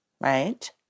right